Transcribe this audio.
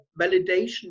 validation